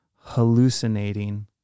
hallucinating